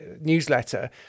newsletter